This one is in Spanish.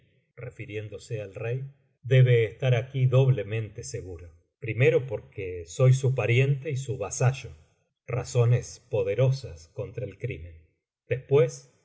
nos servimos a refiriéndose al rey debe cstar aquí doblemente seguro primero porque soy su pariente y su vasallo razones poderosas contra el crimen después